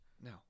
No